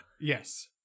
yes